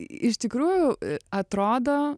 iš tikrųjų atrodo